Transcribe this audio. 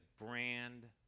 brand